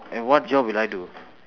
and what job will I do